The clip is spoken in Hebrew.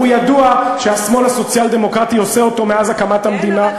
ידוע שהשמאל הסוציאל-דמוקרטי עושה אותו מאז הקמת המדינה,